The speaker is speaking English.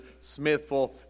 Smithville